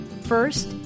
first